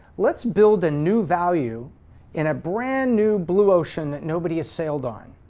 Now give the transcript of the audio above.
let's build a new value in a brand new blue ocean that nobody has sailed on.